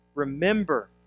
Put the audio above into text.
Remember